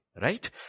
Right